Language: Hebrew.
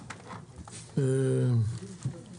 אני פותח את הישיבה.